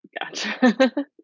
gotcha